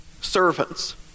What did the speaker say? servants